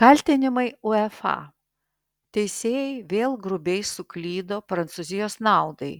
kaltinimai uefa teisėjai vėl grubiai suklydo prancūzijos naudai